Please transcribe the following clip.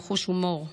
עם חוש הומור,